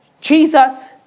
Jesus